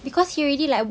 because he already like